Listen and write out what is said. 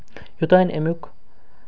یوتانۍ اَمیُک